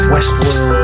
Westworld